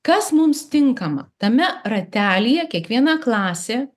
kas mums tinkama tame ratelyje kiekviena klasė